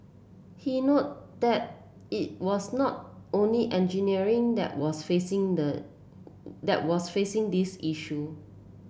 he note that it was not only engineering that was facing the that was facing this issue